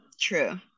true